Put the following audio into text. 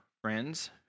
friends